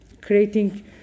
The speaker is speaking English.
creating